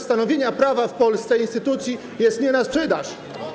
stanowienia prawa w Polsce i instytucji jest nie na sprzedaż.